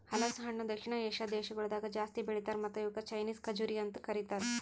ಹಲಸು ಹಣ್ಣ ದಕ್ಷಿಣ ಏಷ್ಯಾದ್ ದೇಶಗೊಳ್ದಾಗ್ ಜಾಸ್ತಿ ಬೆಳಿತಾರ್ ಮತ್ತ ಇವುಕ್ ಚೈನೀಸ್ ಖಜುರಿ ಅಂತ್ ಕರಿತಾರ್